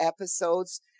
episodes